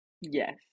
yes